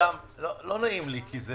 לא נעים לי כי זה